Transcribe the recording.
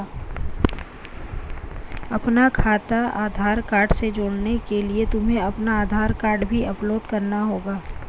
अपना खाता आधार कार्ड से जोड़ने के लिए तुम्हें अपना आधार कार्ड भी अपलोड करना होगा